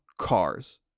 cars